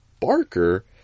Barker